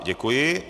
Děkuji.